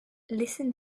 listen